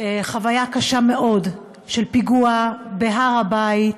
חוויה קשה מאוד של פיגוע בהר הבית,